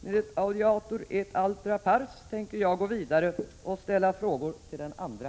Med ett audiatur et altera pars tänker jag gå vidare och ställa frågor till den andra parten.